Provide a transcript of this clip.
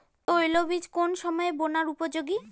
তৈলবীজ কোন সময়ে বোনার উপযোগী?